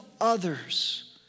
others